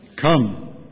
Come